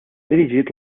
dirigit